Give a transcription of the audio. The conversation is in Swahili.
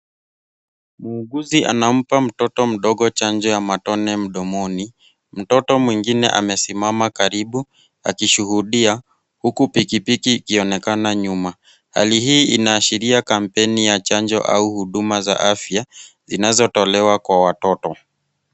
Mwuguzi anampa mtoto mdogo chanjo ya matone mdomoni. Mtoto mwengine amesimama karibu akishuhudia huku pikipiki ikionekana nyuma. Hali hii inaashiria kampeni ya chanjo au huduma za afya zinazotolewa kwa watoto.